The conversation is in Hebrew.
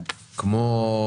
מצלמות,